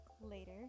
later